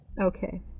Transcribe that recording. Okay